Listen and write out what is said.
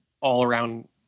all-around